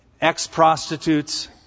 ex-prostitutes